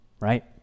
right